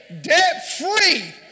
debt-free